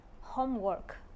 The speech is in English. homework